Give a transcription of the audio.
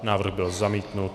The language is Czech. Návrh byl zamítnut.